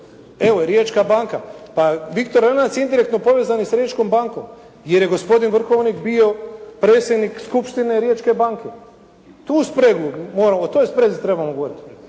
Evo, Riječka banka. Pa "Viktor Lenac" je indirektno povezan i s Riječkom bankom jer je gospodin Vrhovnik bio predsjednik skupštine Riječke banke. Tu spregu moramo, o toj sprezi trebamo govoriti.